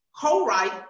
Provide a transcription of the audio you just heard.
co-write